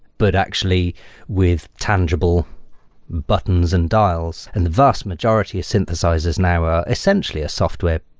but actually with tangible buttons and dials, and the vast majority of synthesizers now are essentially a software,